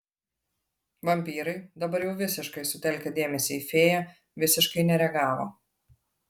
vampyrai dabar jau visiškai sutelkę dėmesį į fėją visiškai nereagavo